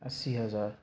اسی ہزار